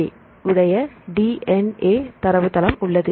J உடைய DNA தரவுத்தளம் உள்ளது